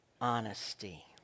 honesty